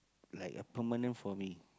like a permanent for me